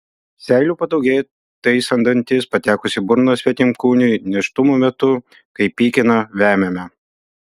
seilių padaugėja taisant dantis patekus į burną svetimkūniui nėštumo metu kai pykina vemiama